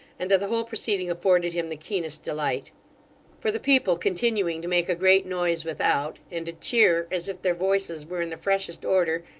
and that the whole proceeding afforded him the keenest delight for the people continuing to make a great noise without, and to cheer as if their voices were in the freshest order,